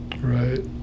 Right